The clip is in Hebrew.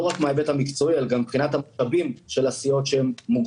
לא רק מן ההיבט המקצועי אלא גם מבחינת ה- -- של הסיעות שהם מוגבלים.